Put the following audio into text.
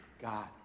God